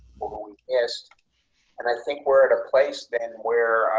and cast and i think we're at a place, then where